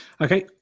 Okay